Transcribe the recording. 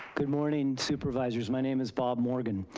good morning supervisors, my name is bob morgan.